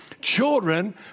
Children